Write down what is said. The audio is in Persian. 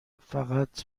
فقط